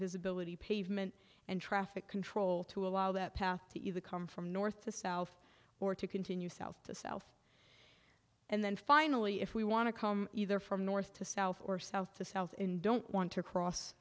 visibility pavement and traffic control to allow that path to either come from north to south or to continue south to south and then finally if we want to come either from north to south or south to south in don't want to cross